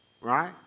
Right